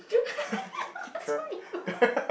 what's wrong with you